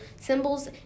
symbols